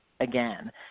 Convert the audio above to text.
Again